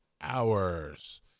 hours